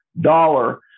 dollar